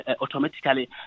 Automatically